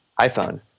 iPhone